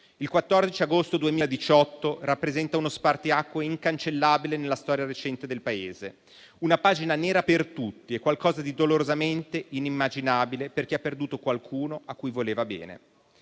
Il 14 agosto 2018 rappresenta uno spartiacque incancellabile nella storia recente del Paese, una pagina nera per tutti e qualcosa di dolorosamente inimmaginabile per chi ha perduto qualcuno a cui voleva bene.